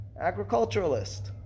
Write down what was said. Agriculturalist